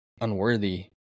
unworthy